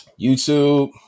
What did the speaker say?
YouTube